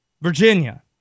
Virginia